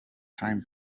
time